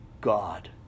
God